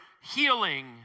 healing